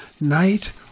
night